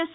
yes